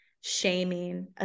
shaming